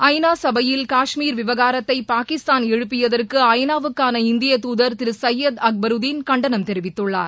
ஐநா சபையில் காஷ்மீர் விவகாரத்தை பாகிஸ்தான் எழுப்பியதற்கு ஐநாவுக்கான இந்திய தூதர் திரு சையத் அக்பருதீன் கண்டனம் தெரிவித்துள்ளார்